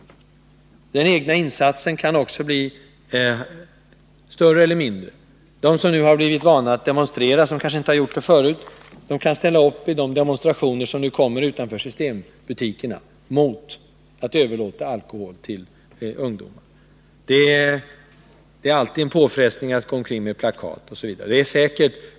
Den egna insatsen kan också bli större eller mindre. De som kanske inte förut har demonstrerat, men som nu har blivit vana att göra det, kan ställa uppide demonstrationer som kommer att anordnas utanför systembutikerna mot att överlåta alkohol till ungdomar. Det är alltid en påfrestning att gå omkring med plakat.